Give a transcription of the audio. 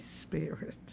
Spirit